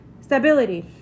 Stability